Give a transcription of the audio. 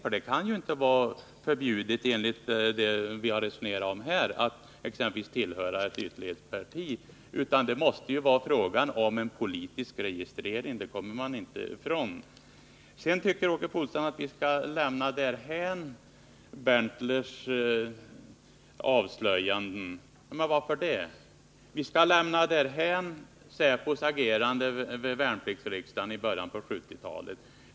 Enligt det resonemang som förts här kan det väl inte vara förbjudet att tillhöra ett ytterlighetsparti, utan det måste vara fråga om en politisk registrering — det kommer man inte ifrån. Sedan tycker Åke Polstam att vi skall lämna därhän Berntlers avslöjanden. Varför det? Vi skall lämna därhän säpos agerande vid värnpliktsriksdagen i början på 1970-talet.